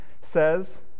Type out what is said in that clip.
says